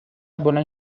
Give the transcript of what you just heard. بلند